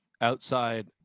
outside